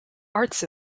arts